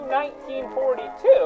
1942